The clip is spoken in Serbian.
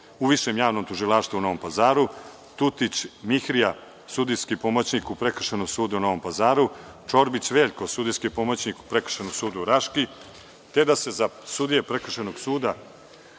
u Višem javnom tužilaštvu u Novom Pazaru, Tutić Mihrija, sudijski pomoćnik u Prekršajnom sudu u Novom Pazaru, Čorbić Veljko, sudijski pomoćnik u Prekršajnom sudu u Raški, te da se za sudije Prekršajnog suda